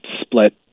split